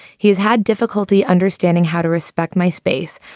he's had difficulty understanding how to respect my space,